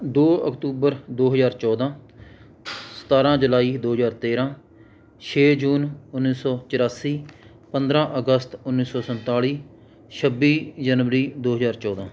ਦੋ ਅਕਤੂਬਰ ਦੋ ਹਜ਼ਾਰ ਚੌਦਾਂ ਸਤਾਰਾਂ ਜੁਲਾਈ ਦੋ ਹਜ਼ਾਰ ਤੇਰਾਂ ਛੇ ਜੂਨ ਉੱਨੀ ਸੌ ਚੁਰਾਸੀ ਪੰਦਰਾਂ ਅਗਸਤ ਉੱਨੀ ਸੌ ਸੰਤਾਲੀ ਛੱਬੀ ਜਨਵਰੀ ਦੋ ਹਜ਼ਾਰ ਚੌਦਾਂ